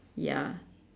ya